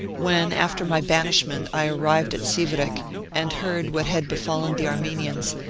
when, after my banish ment, i arrived at sivrev and heard what had be fallen the armenians,